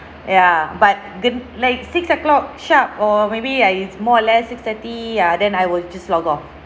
ya but g~ like six O'clock sharp or maybe ah it's more or less six thirty ah then I will just log off